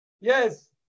Yes